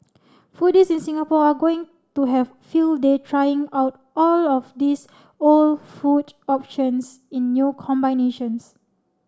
foodies in Singapore are going to have field day trying out all of these old food options in new combinations